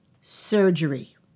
surgery